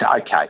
okay